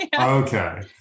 Okay